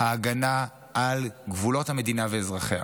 ההגנה על גבולות המדינה ואזרחיה.